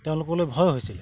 তেওঁলোকলৈ ভয় হৈছিলে